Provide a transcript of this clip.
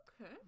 Okay